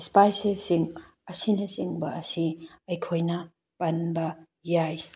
ꯁ꯭ꯄꯥꯏꯁꯦꯁꯁꯤꯡ ꯑꯁꯤꯅ ꯆꯤꯡꯕ ꯑꯁꯤ ꯑꯩꯈꯣꯏꯅ ꯄꯟꯕ ꯌꯥꯏ